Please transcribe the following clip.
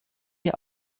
wir